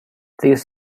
these